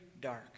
dark